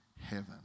heaven